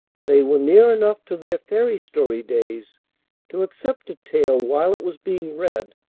they were near enough to their fairy-story days to accept a tale while it was being read,